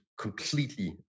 completely